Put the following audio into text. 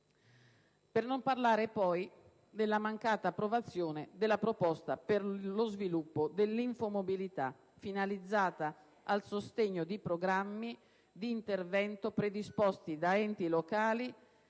Per non parlare, poi, della mancata approvazione della proposta per lo sviluppo dell'infomobilità finalizzata al sostegno di programmi di intervento predisposti da enti locali